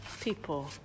people